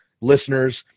listeners